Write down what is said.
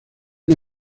una